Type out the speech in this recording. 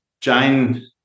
Jane